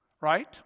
right